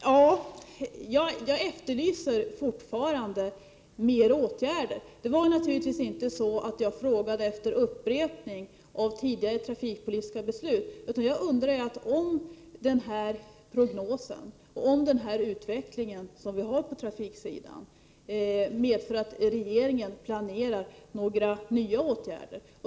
Herr talman! Jag efterlyser fortfarande fler åtgärder. Jag frågade naturligtvis inte efter en upprepning av vad tidigare trafikpolitiska beslut innebar. Vad jag undrar är om transportrådets prognos och utvecklingen på trafiksidan medför att regeringen planerar några nya åtgärder.